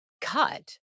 cut